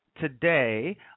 today